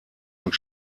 und